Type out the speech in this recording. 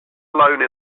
alone